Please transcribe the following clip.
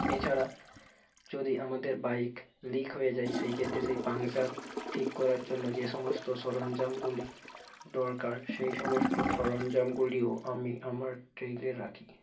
এছাড়া যদি আমাদের বাইক লিক হয়ে যায় সেইক্ষেত্রে সেই পাংচার ঠিক করার জন্য যে সমস্ত সরঞ্জামগুলি দরকার সেই সমস্ত সরঞ্জামগুলিও আমি আমার ট্রেইলে রাখি